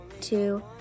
two